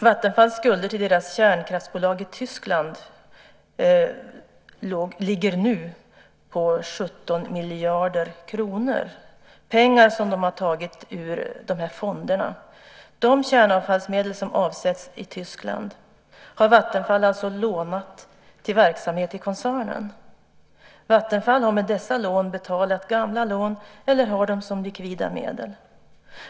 Vattenfalls skulder till sina kärnkraftsbolag i Tyskland ligger nu på 17 miljarder kronor. Det är pengar som de har tagit ur de här fonderna. De kärnavfallsmedel som avsätts i Tyskland har Vattenfall alltså lånat till verksamhet i koncernen. Vattenfall har med dessa lån betalat gamla lån eller har dem som likvida medel.